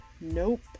nope